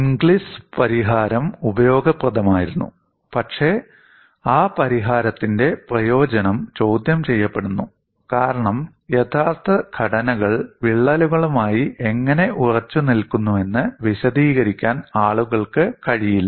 Inglis പരിഹാരം ഉപയോഗപ്രദമായിരുന്നു പക്ഷേ ആ പരിഹാരത്തിന്റെ പ്രയോജനം ചോദ്യം ചെയ്യപ്പെടുന്നു കാരണം യഥാർത്ഥ ഘടനകൾ വിള്ളലുകളുമായി എങ്ങനെ ഉറച്ചുനിൽക്കുന്നുവെന്ന് വിശദീകരിക്കാൻ ആളുകൾക്ക് കഴിയില്ല